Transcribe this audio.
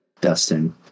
Dustin